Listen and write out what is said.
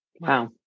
Wow